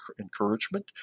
encouragement